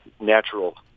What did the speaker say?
natural